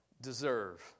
deserve